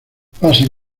pasen